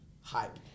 hype